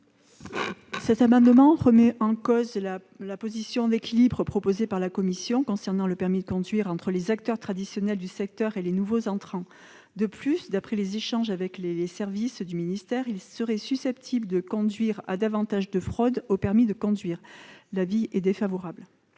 Cet amendement remet en cause la position d'équilibre proposée par la commission concernant le permis de conduire entre les acteurs traditionnels du secteur et les nouveaux entrants. De plus, d'après nos échanges avec les services du ministère, il serait susceptible de conduire à davantage de fraudes aux permis de conduire. L'avis est donc défavorable.